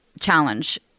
challenge